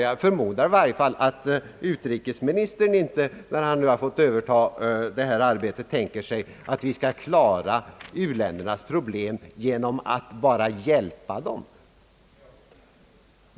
Jag förmodar i varje fall att utrikesministern inte, när han nu fått överta detta arbete, tänker sig att man skall klara u-ländernas problem genom att bara ge dem hjälp.